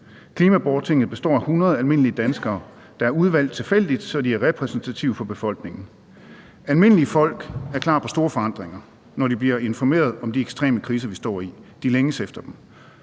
Klimaborgertinget består af 100 almindelige danskere, der er udvalgt tilfældigt, så de er repræsentative for befolkningen. Almindelige folk er klar på store forandringer, når de bliver informeret om de ekstreme kriser, vi står i. De længes efter dem.